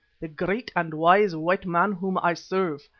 the great and wise white man whom i serve,